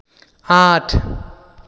আঠ